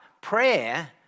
Prayer